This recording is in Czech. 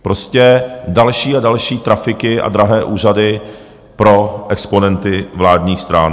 Prostě další a další trafiky a drahé úřady pro exponenty vládních stran.